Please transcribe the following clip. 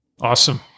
Awesome